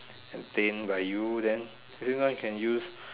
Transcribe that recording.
entertain by you then everyone can use